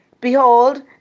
Behold